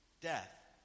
death